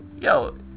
Yo